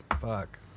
fuck